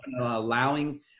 Allowing